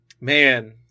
Man